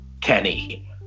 Kenny